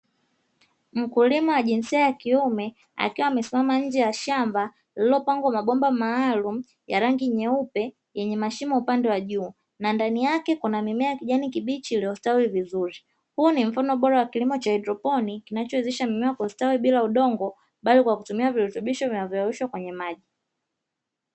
Mkulima wa jinsia ya kiume, akiwa amesimama nje ya shamba, lililopngwa mabomba maalumu, ya rangi nyeupe yenye mashimo upande wa juu, na ndani yake kuna mimea ya kijani kibichi iliyostawi vizuri, huu ni mfano bora wa kilimo cha haydroponiki kinacho wezesha mimea kustawi bili udongo bali kwa kutumia vilutubisho vinavyoyayushwa kwenye maji.